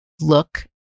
look